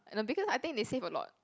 eh no because I think they save a lot